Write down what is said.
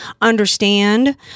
understand